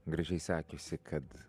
gražiai sekiusi kad